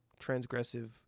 transgressive